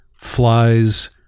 flies